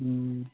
ꯎꯝ